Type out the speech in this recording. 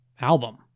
album